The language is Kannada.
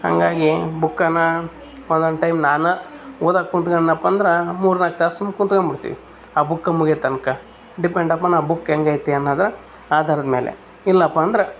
ಹಂಗಾಗಿ ಬುಕ್ಕನ್ನ ಒಂದೊಂದು ಟೈಮ್ ನಾನು ಓದೋಕ್ ಕುಂತ್ಕೊಂಡನಪ್ಪ ಅಂದ್ರೆ ಮೂರು ನಾಲ್ಕು ತಾಸು ಸುಮ್ನೆ ಕುಂತ್ಕೊಂಡ್ ಬಿಡ್ತೀವಿ ಆ ಬುಕ್ ಮುಗಿಯೋ ತನಕ ಡಿಪೆಂಡ್ ಅಪಾನ್ ಆ ಬುಕ್ ಹೆಂಗೈತಿ ಅನ್ನೋದು ಆಧಾರದ್ ಮೇಲೆ ಇಲ್ಲಾಪ ಅಂದ್ರೆ